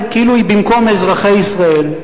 כאילו במקום אזרחי ישראל.